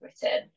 Britain